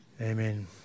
amen